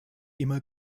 immer